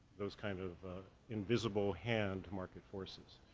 those kinds of invisible hand market forces.